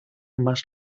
más